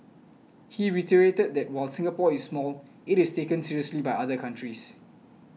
he reiterated that while Singapore is small it is taken seriously by other countries